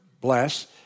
bless